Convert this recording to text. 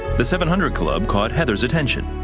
the seven hundred club caught heather's attention.